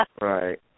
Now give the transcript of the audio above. Right